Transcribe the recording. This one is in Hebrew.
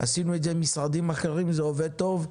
עשינו את זה עם משרדים אחרים וזה עובד טוב.